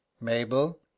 Mabel